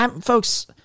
Folks